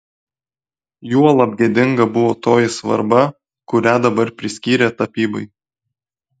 juolab gėdinga buvo toji svarba kurią dabar priskyrė tapybai